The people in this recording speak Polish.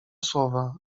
słowa